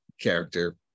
character